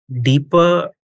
deeper